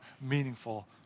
meaningful